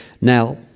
Now